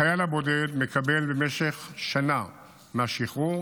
החייל הבודד מקבל במשך שנה מהשחרור